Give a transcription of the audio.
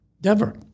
Dever